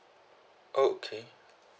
okay